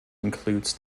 includes